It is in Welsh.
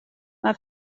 mae